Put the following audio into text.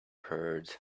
heard